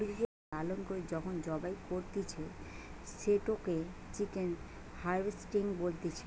মুরগিকে লালন করে যখন জবাই করতিছে, সেটোকে চিকেন হার্ভেস্টিং বলতিছে